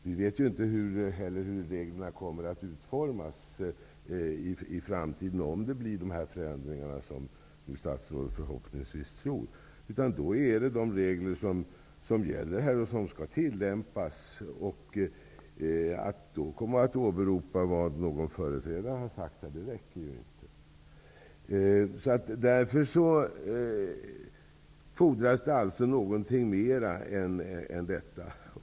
Vi vet inte heller hur reglerna kommer att utformas i framtiden eller om de förändringar kommer till stånd som statsrådet hoppas och tror på. Då är det de regler som gäller som skall tillämpas. Att då åberopa vad någon företrädare har sagt räcker inte. Därför fordras något mer än detta.